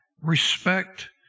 respect